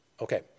Okay